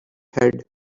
head